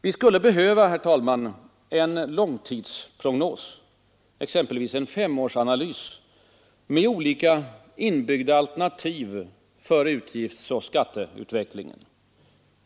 Vi skulle behöva, herr talman, en långtidsprognos, exempelvis en femårsanalys, med olika inbyggda alternativ för utgiftsoch skatteutvecklingen.